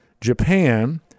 Japan